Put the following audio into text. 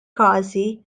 każi